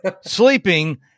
sleeping